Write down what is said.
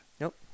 Nope